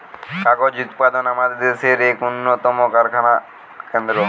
কাগজ উৎপাদন আমাদের দেশের এক উন্নতম কারখানা কেন্দ্র